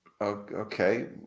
Okay